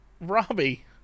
Robbie